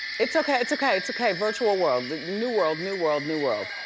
it's okay, it's okay, it's okay, virtual world, new world, new world, new world.